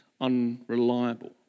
unreliable